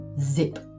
zip